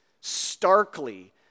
starkly